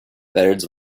birds